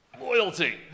loyalty